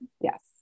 Yes